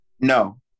No